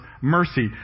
mercy